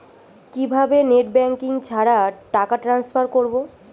কিভাবে net banking ছাড়া টাকা টান্সফার করব?